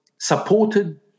supported